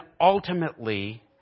ultimately